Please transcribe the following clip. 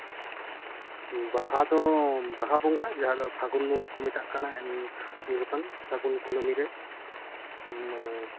ᱵᱟᱦᱟ ᱫᱚ ᱵᱟᱦᱟ ᱵᱚᱸᱜᱟ ᱡᱟᱦᱟᱸ ᱫᱚ ᱯᱷᱟᱹᱜᱩᱱ ᱵᱚᱸᱜᱟ ᱠᱚ ᱢᱮᱛᱟᱜ ᱠᱟᱱᱟ ᱩᱱ ᱡᱚᱠᱷᱚᱱ ᱯᱷᱟᱹᱜᱩᱱ ᱠᱩᱭᱞᱤ ᱨᱮ